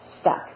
stuck